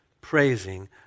praising